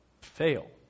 fail